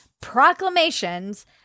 proclamations